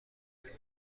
کمک